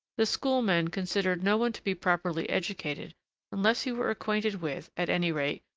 the school men considered no one to be properly educated unless he were acquainted with, at any rate,